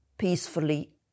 peacefully